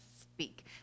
speak